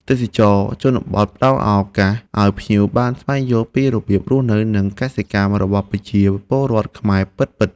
ទេសចរណ៍ជនបទផ្តល់ឱកាសឱ្យភ្ញៀវបានស្វែងយល់ពីរបៀបរស់នៅ និងកសិកម្មរបស់ប្រជាពលរដ្ឋខ្មែរពិតៗ។